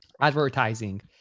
advertising